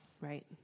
Right